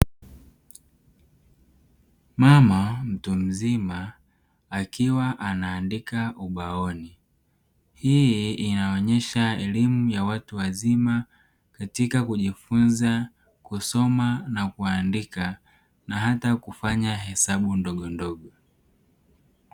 Mama mtu mzima akiwa anaandika ubaoni, Hii inaonyesha elimu ya watu wazima katika kujifunza kusoma na kuandika na hata kufanya hesabu ndogondogo.